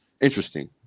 Interesting